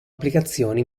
applicazioni